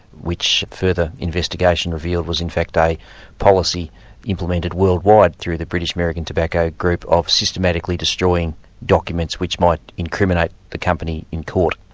which further investigation revealed was in fact a policy implemented worldwide through the british american tobacco group of systematically destroying documents which might incriminate the company in court.